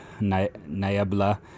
Nayabla